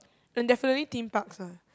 and definitely theme parks ah